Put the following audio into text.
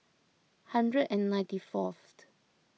hundred and ninety fourth